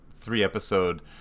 three-episode